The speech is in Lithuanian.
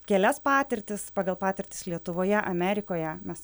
kelias patirtis pagal patirtis lietuvoje amerikoje mes